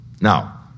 Now